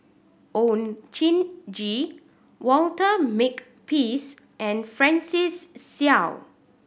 Oon Jin Gee Walter Makepeace and Francis Seow